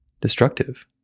destructive